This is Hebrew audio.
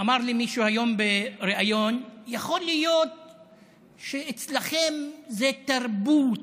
אמר לי מישהו היום בריאיון: יכול להיות שאצלכם זה תרבות.